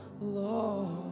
Lord